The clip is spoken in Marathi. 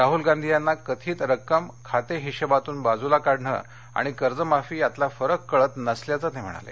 राहूल गांधी यांना थकीत रक्कम खाते हिशेबातून बाजूला काढणं आणि कर्जमाफी यातील फरक कळत नसल्याचं ते म्हणाले